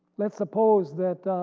let's suppose that